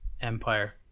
Empire